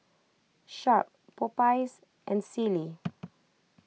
Sharp Popeyes and Sealy